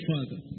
Father